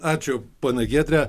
ačiū ponia giedre